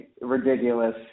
ridiculous